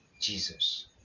Jesus